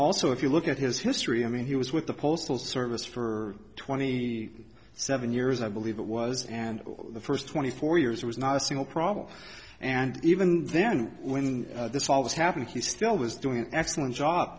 also if you look at his history i mean he was with the postal service for twenty seven years i believe it was and the first twenty four years it was not a single problem and even then when this all this happened he still was doing an excellent job